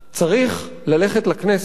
צריך ללכת לכנסת,